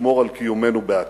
שישמור על קיומנו בעתיד.